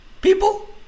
people